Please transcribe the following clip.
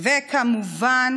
וכמובן